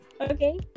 Okay